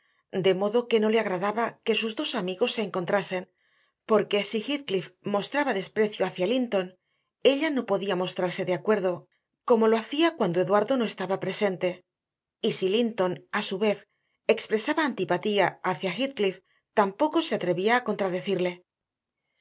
de modo que no le agradaba que sus dos amigos se encontrasen porque si heathcliff mostraba desprecio hacia linton ella no podía mostrarse de acuerdo como lo hacía cuando eduardo no estaba presente y si linton a su vez expresaba antipatía hacia heathcliff tampoco se atrevía a contradecirle